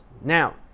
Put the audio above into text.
now